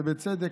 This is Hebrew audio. ובצדק,